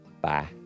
Bye